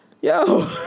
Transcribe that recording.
Yo